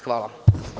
Hvala.